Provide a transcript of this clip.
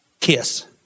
kiss